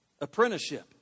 Apprenticeship